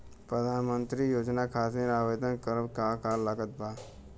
प्रधानमंत्री योजना खातिर आवेदन करम का का लागत बा?